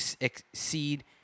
exceed